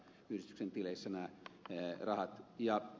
mitä tulee ed